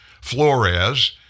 Flores